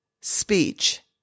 speech